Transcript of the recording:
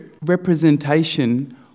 representation